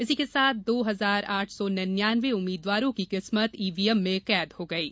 इसी के साथ दो हजार आठ सौ निन्यानवे उम्मीदवारों की किस्मत ईवीएम में कैद हो गई है